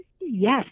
yes